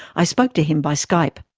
i spoke to him by skype.